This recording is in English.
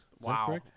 Wow